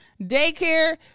daycare